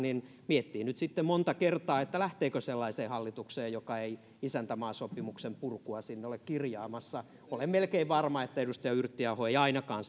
se miettii nyt sitten monta kertaa lähteekö sellaiseen hallitukseen joka ei isäntämaasopimuksen purkua sinne ole kirjaamassa olen melkein varma että edustaja yrttiaho ei ainakaan